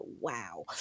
wow